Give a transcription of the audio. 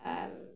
ᱟᱨ